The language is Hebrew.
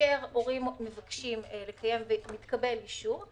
כאשר הורים מבקשים לקיים ומתקבל אישור,